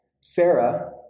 Sarah